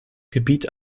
gebiet